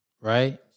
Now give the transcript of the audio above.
right